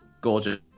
gorgeous